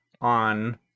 on –